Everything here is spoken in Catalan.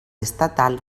estatal